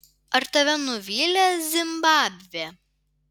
ar tave nuvylė zimbabvė